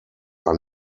are